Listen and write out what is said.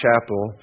Chapel